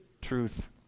truth